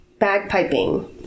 bagpiping